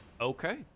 Okay